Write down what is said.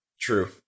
true